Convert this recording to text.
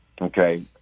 Okay